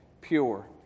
pure